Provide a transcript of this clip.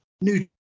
new